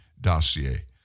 dossier